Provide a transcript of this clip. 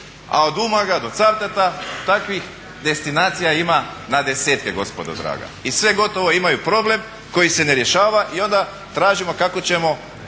a od Umaga do Caftata takvih destinacija ima na desetke gospodo draga. I sve gotovo imaju problem koji se ne rješava i onda tražimo kako ćemo